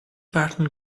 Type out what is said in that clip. pattern